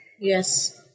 Yes